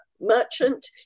merchant